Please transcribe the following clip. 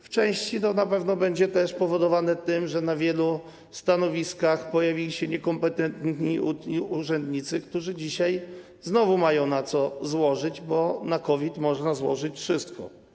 W części to na pewno będzie też powodowane tym, że na wielu stanowiskach pojawili się niekompetentni urzędnicy, którzy dzisiaj znowu mają na co zrzucić, bo na COVID można zrzucić wszystko.